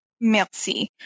Merci